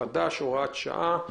החלטה שהיא הוראת שעה,